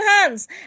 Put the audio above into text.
hands